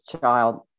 child